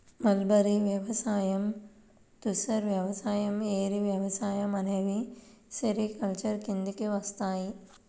mulberry వ్యవసాయం, తుసర్ వ్యవసాయం, ఏరి వ్యవసాయం అనేవి సెరికల్చర్ కిందికి వస్తాయి